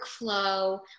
workflow